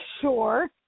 sure